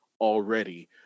already